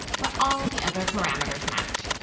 but all the other parameters match.